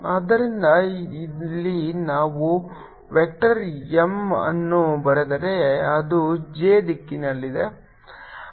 ಆದ್ದರಿಂದ ಇಲ್ಲಿ ನಾನು ವೆಕ್ಟರ್ M ಅನ್ನು ಬರೆದರೆ ಅದು j ದಿಕ್ಕಿನಲ್ಲಿದೆ